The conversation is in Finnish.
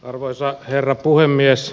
arvoisa herra puhemies